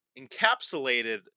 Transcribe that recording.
encapsulated